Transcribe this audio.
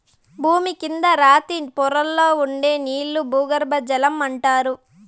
భూమి కింద రాతి పొరల్లో ఉండే నీళ్ళను భూగర్బజలం అంటారు